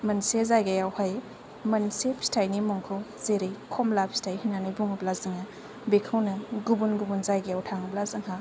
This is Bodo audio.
मोनसे जायगायाव हाय मोनसे फिथाइनि मुंखौ जेरै खमला फिथाइ होननानै बुङोब्ला जोङो बेखौनो गुबुन गुबुन जायगायाव थाङोब्ला जोंहा